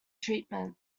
treatment